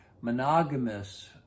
monogamous